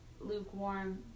lukewarm